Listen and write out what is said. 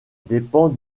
dépend